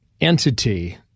entity